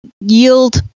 yield